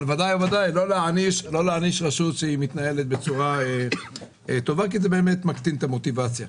אבל לא להעניש רשות שמתנהלת בצורה טובה כי זה מגדיל את המוטיבציה.